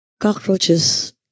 cockroaches